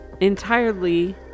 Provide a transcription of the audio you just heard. entirely